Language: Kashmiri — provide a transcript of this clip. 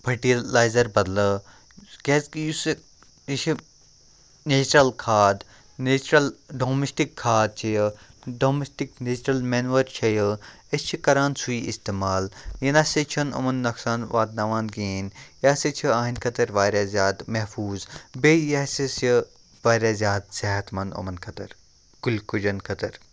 فٔٹِلایزَر بدلہٕ کیٛازِکہِ یُس یہِ یہِ چھِ نیچرَل کھاد نیچرَل ڈومِسٹِک کھاد چھِ یہِ ڈومِسٹِک نیچرَل مٮ۪نوَر چھےٚ یہِ أسۍ چھِ کَران سُے استعمال یہِ نہ سا چھُنہٕ یِمَن نۄقصان واتناوان کِہیٖنۍ یہِ ہَسا چھِ یِہٕنٛدۍ خٲطرٕ واریاہ زیادٕ محفوٗظ بیٚیہِ یہِ ہَسا چھِ واریاہ زیادٕ صحت منٛد یِمَن خٲطرٕ کُلۍ کُلٮ۪ن خٲطرٕ